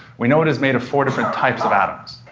we know it is made of four different types of atoms,